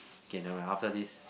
okay nevermind after this